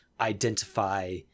identify